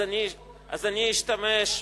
אז אני אשתמש,